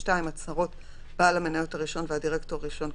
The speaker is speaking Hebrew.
(2) הצהרות בעל המניות הראשון והדירקטור הראשון,